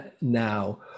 now